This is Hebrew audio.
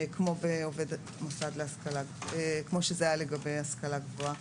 כמו שזה היה קודם לגבי השכלה גבוהה.